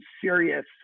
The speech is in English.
serious